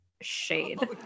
shade